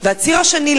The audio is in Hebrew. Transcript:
והציר השני,